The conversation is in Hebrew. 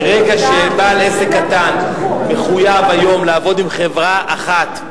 ברגע שבעל עסק קטן מחויב היום לעבוד עם חברה אחת,